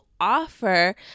offer